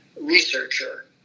researcher